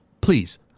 Please